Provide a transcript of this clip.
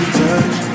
touch